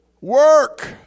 Work